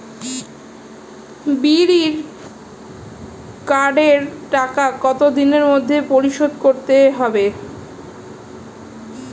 বিড়ির কার্ডের টাকা কত দিনের মধ্যে পরিশোধ করতে হবে?